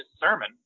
sermon